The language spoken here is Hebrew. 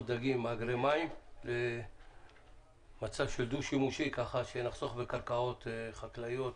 הדגים ומאגרי מים למצב של דו-שימושי כך שנחסוך בקרקעות חקלאיות